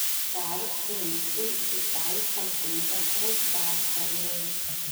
dar princui visai patinka sraigtasparniai